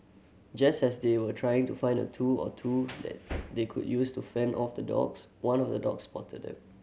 just as they were trying to find a tool or two that they could use to fend off the dogs one of the dogs spotted them